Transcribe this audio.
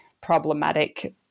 problematic